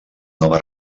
nova